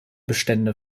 bestände